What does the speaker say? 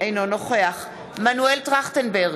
אינו נוכח מנואל טרכטנברג,